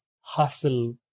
hustle